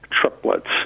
triplets